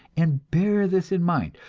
and bear this in mind,